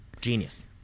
Genius